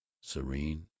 serene